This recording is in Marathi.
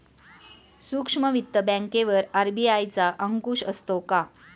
सूक्ष्म वित्त बँकेवर आर.बी.आय चा अंकुश असतो का?